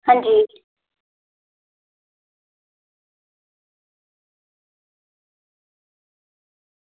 अंजी